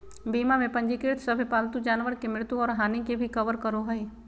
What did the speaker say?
बीमा में पंजीकृत सभे पालतू जानवर के मृत्यु और हानि के भी कवर करो हइ